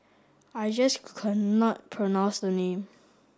I just cannot pronounce the name